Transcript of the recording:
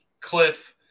Cliff